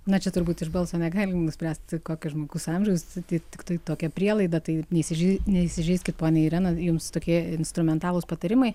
na čia turbūt iš balso negalim nuspręst kokio žmogus amžiaus tai tiktai tokia prielaida tai neįsižei neįsižeiskit ponia irena jums tokie instrumentalūs patarimai